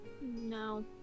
No